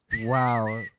Wow